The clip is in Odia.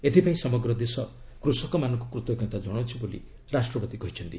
ଏଥିପାଇଁ ସମଗ୍ର ଦେଶ କୃଷକମାନଙ୍କୁ କୃତଜ୍ଞତା ଜଣାଉଛି ବୋଲି ରାଷ୍ଟ୍ରପତି କହିଛନ୍ତି